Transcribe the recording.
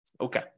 okay